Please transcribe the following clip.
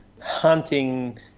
hunting